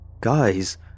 Guys